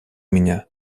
меня